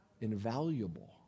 Invaluable